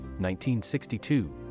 1962